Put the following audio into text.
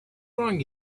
drunk